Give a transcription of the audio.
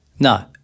No